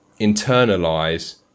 internalize